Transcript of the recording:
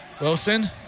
Wilson